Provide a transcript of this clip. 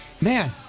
Man